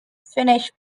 finished